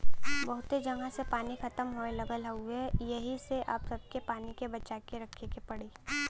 बहुते जगह से पानी खतम होये लगल हउवे एही से अब सबके पानी के बचा के रखे के पड़ी